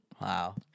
Wow